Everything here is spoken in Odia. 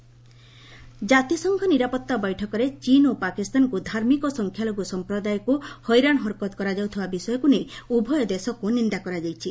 ୟୁଏନ୍ଏସ୍ସି ଚୀନ୍ ପାକ୍ ଜାତିସଂଘ ନିରାପତ୍ତା ବୈଠକରେ ଚୀନ୍ ଓ ପାକିସ୍ତାନକୁ ଧାର୍ମିକ ସଂଖ୍ୟାଲଘୁ ସଫପ୍ରଦାୟକୁ ହଇରାଣ ହରକତ କରାଯାଉଥିବା ବିଷୟକୁ ନେଇ ଉଭୟ ଦେଶକୁ ନିନ୍ଦା କରାଯାଇଛି